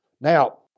Now